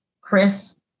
Chris